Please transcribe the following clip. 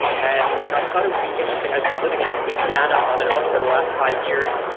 and, you know, i thought it would be interesting. i've been living in indiana on and off for the last five years.